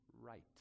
right